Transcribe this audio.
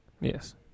Yes